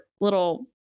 little